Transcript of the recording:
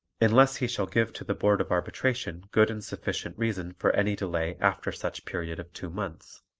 unless he shall give to the board of arbitration good and sufficient reason for any delay after such period of two months.